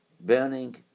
burning